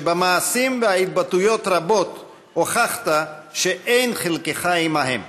שבמעשים והתבטאויות רבות הוכחת שאין חלקך עימהם.